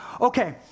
Okay